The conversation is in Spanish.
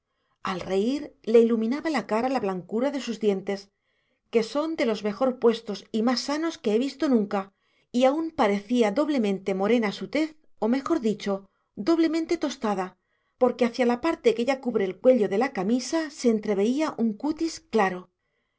al reír le iluminaba la cara la blancura de sus dientes que son de los mejor puestos y más sanos que he visto nunca y aún parecía doblemente morena su tez o mejor dicho doblemente tostada porque hacia la parte que ya cubre el cuello de la camisa se entreveía un cutis claro